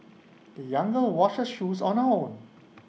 the young girl washed her shoes on own